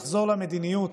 לחזור למדיניות